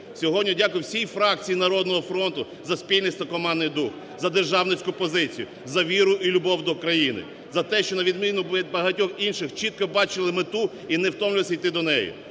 Сьогодні дякую всій фракції "Народного фронту" за спільність та командний дух, за державницьку позицію, за віру і любов до країни, за те, що, на відміну від багатьох інших, чітко бачили мету і не втомлювалися йти до неї.